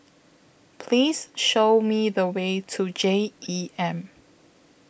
Please Show Me The Way to J E M